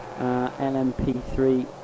LMP3